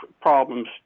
problems